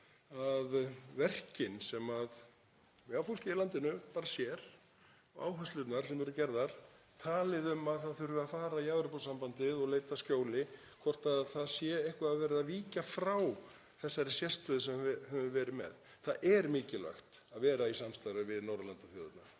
verkin sem fólkið í landinu bara sér og áherslurnar sem eru gerðar, talið um að það þurfi að fara í Evrópusambandið og leita að skjóli, hvort þar sé eitthvað verið að víkja frá þessari sérstöðu sem við höfum verið með. Það er mikilvægt að vera í samstarfi við Norðurlandaþjóðirnar